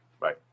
bye